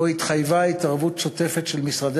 והתחייבה בו התערבות שוטפת של משרדי